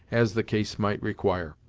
as the case might require.